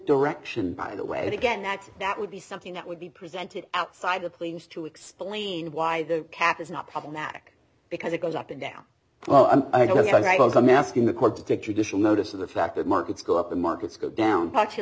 direction by the way again that that would be something that would be presented outside the plains to explain why the cap is not problematic because it goes up and down well as i'm asking the court to take traditional notice of the fact that markets go up and markets go down a